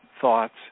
thoughts